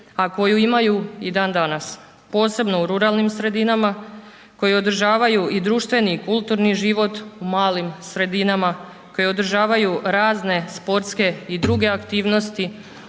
a koju imaju i dan danas, posebno u ruralnim sredinama koje održavaju i društveni i kulturni život u malim sredinama, koji održavaju razne sportske i druge aktivnosti,